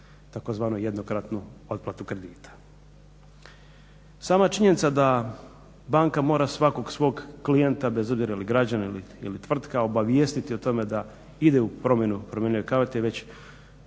tzv. jednokratnu otplatu kredita. Sama činjenica da banka mora svakog svog klijenta bez obzira je li građanin ili tvrtka obavijestiti o tome da ide u promjenu promjenjive kamate već